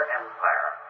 empire